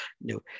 No